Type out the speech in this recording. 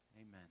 Amen